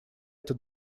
это